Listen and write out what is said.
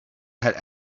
had